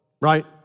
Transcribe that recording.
right